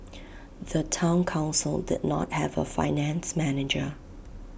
the Town Council did not have A finance manager